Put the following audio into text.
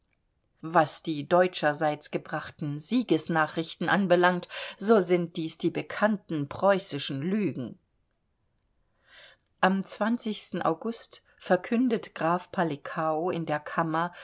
was die deutscherseits gebrachten siegesnachrichten anbelangt so sind dies die bekannten preußischen lügen am august verkündet graf palikao in der kammer